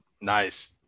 Nice